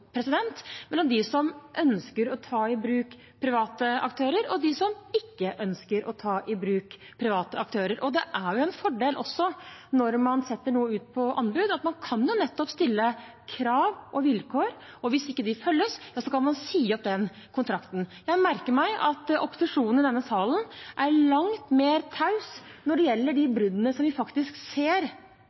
mellom dem som ønsker å ta i bruk private aktører, og dem som ikke ønsker å ta i bruk private aktører. Det er også en fordel, når man setter noe ut på anbud, at man nettopp kan stille krav og vilkår, og hvis ikke de følges, kan man si opp kontrakten. Jeg merker meg at opposisjonen i denne salen er langt mer taus når det gjelder de bruddene vi faktisk ser i offentlig sektor, og det synes jeg er et tankekors. For vi ser det i Oslo, vi ser